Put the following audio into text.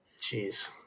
Jeez